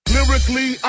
Lyrically